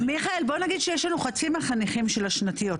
מיכאל בוא נגיד שיש לנו חצי מהחניכים של השנתיות.